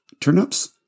Turnips